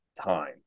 time